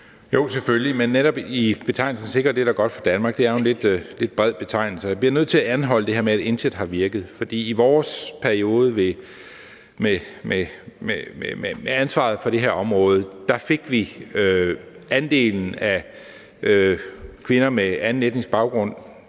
Jo, selvfølgelig. Men netop betegnelsen, at vi sikrer det, der er godt for Danmark, er jo en lidt bred betegnelse, og jeg bliver nødt til at anholde det her med »intet har virket«. For i vores periode med ansvaret for det her område fik vi andelen af kvinder med anden etnisk baggrund,